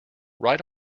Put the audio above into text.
right